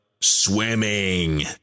Swimming